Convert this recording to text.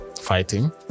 fighting